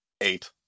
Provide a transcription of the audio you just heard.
Eight